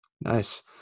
Nice